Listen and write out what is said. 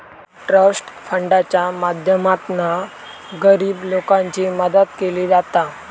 trust फंडाच्या माध्यमातना गरीब लोकांची मदत केली जाता